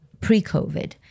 pre-COVID